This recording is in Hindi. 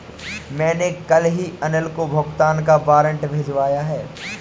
मैंने कल ही अनिल को भुगतान का वारंट भिजवाया है